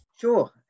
sure